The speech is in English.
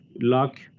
luck